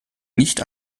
nicht